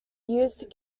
used